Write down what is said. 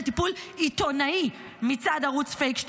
לטיפול "עיתונאי" מצד ערוץ פייק 12,